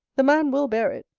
the man will bear it.